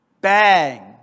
Bang